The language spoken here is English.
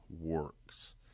works